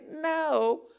no